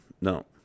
no